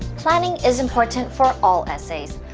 planning is important for all essays.